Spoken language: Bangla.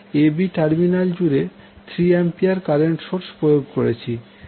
এখন আমরা a b টার্মিনাল জুড়ে 3A এর কারেন্ট সোর্স প্রয়োগ করেছি